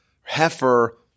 heifer